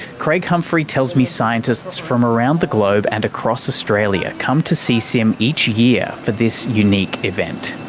craig humphrey tells me scientists from around the globe, and across australia, come to seasim each year for this unique event.